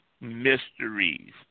mysteries